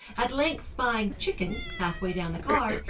at length spying chicken halfway down the card,